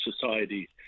society